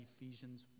Ephesians